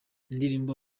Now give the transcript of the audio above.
indirimbo